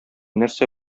нәрсә